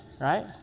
right